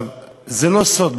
זה לא סוד.